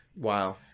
Wow